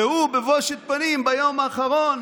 והוא בבושת פנים, ביום האחרון?